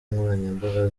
nkoranyambaga